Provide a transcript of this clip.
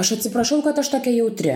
aš atsiprašau kad aš tokia jautri